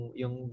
yung